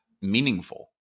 meaningful